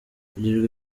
kugirirwa